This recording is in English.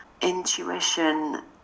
Intuition